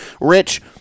Rich